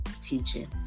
teaching